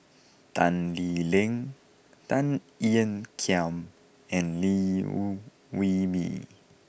Tan Lee Leng Tan Ean Kiam and Liew Woo Wee Mee